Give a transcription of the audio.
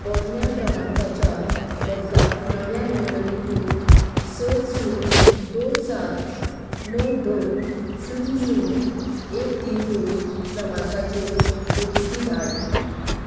पोरण्या क्रमांकाच्या बदला नव्या नोंदणीकृत स शुन्य दोन सात णव दोन शुन्य शुन्य एक तीन दोन क्रमांकाचेर ओटीपी धाड